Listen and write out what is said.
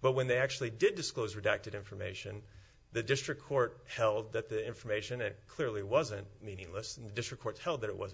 but when they actually did disclose redacted information the district court held that the information it clearly wasn't meaningless and the district court held that it was